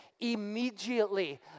Immediately